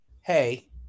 Hey